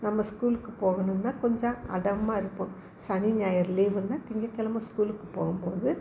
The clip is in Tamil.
நம்ம ஸ்கூலுக்கு போகணும்னா கொஞ்சம் அடமா இருப்போம் சனி ஞாயிறு லீவுன்னால் திங்கக்கெழம ஸ்கூலுக்கு போகும்போது